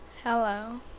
hello